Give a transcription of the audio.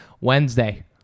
Wednesday